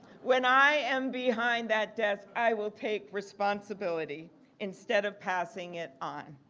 when i am behind that desk, i will take responsibility instead of passing it on.